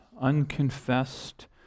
unconfessed